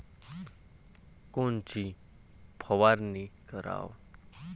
कोनची फवारणी कराव?